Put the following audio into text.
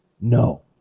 no